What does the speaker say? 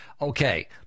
okay